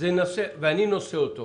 ואני נושא אותו